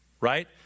right